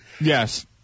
Yes